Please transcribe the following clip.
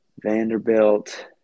Vanderbilt